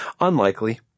Unlikely